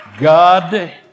God